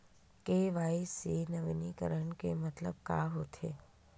KYC नवीनीकरण के मतलब का होथे?